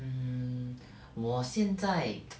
mm 我现在